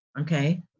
Okay